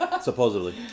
Supposedly